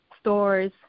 stores